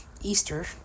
Easter